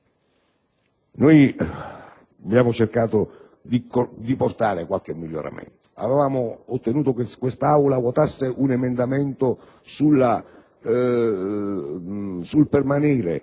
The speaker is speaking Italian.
noi abbiamo cercato di apportare qualche miglioramento. Avevamo ottenuto che l'Assemblea votasse un emendamento sulla permanenza